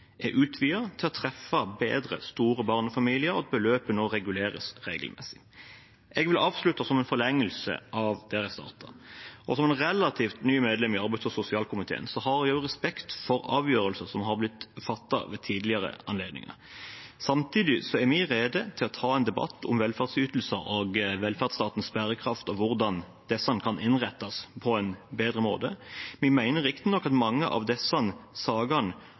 er utvidet for bedre å treffe store barnefamilier, og at beløpet nå reguleres regelmessig. Jeg vil avslutte i forlengelsen av der jeg startet. Som et relativt nytt medlem i arbeids- og sosialkomiteen har jeg respekt for avgjørelser som har blitt fattet ved tidligere anledninger. Samtidig er vi rede til å ta en debatt om velferdsytelser, velferdsstatens bærekraft og hvordan disse kan innrettes på en bedre måte. Vi mener riktignok at mange av de sakene